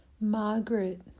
Margaret